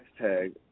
Hashtag